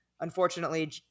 Unfortunately